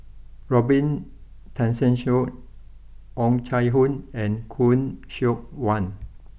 Robin Tessensohn Oh Chai Hoo and Khoo Seok Wan